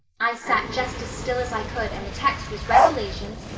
i sat just as still as i could and the text was revelations,